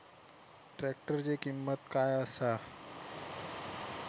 ट्रॅक्टराची किंमत काय आसा?